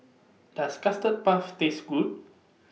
Does Custard Puff Taste Good